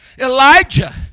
Elijah